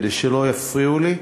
כדי שלא יפריעו לי,